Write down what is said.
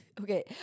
Okay